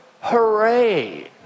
hooray